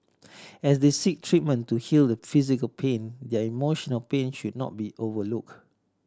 as they seek treatment to heal the physical pain their emotional pain should not be overlook